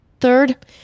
Third